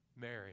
Mary